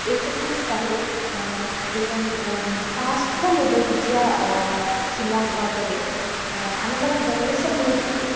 एकस्मिन् स्थले एकं काष्ठम् उपयुज्य शिलां वर्तते अनन्तरं गणेशमूर्तिः